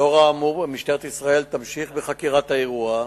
לאור האמור, משטרת ישראל תמשיך בחקירת האירוע,